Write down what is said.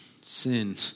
Sin